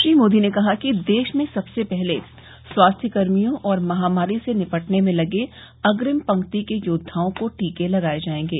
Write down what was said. श्री मोदी ने कहा कि देश में सबसे पहले स्वास्थ्यकर्मियों और महामारी से निपटने में लगे अग्रिम पंक्ति के योद्वाओं को टीके लगाये जायेंगे